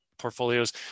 portfolios